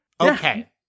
Okay